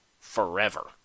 forever